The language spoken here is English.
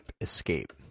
Escape